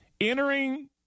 Entering